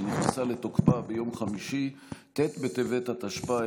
שנכנסה לתוקפה ביום חמישי ט' בטבת התשפ"א,